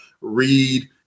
read